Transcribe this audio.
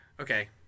Okay